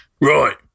Right